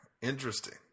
Interesting